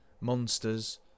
Monsters